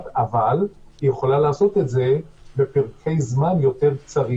אבל יכולה לעשות את זה בפרקי זמן קצרים יותר.